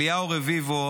אליהו רביבו,